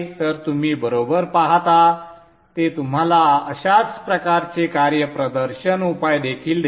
तर तुम्ही बरोबर पाहता ते तुम्हाला अशाच प्रकारचे कार्यप्रदर्शन उपाय देखील देते